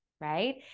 right